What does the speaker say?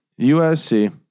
USC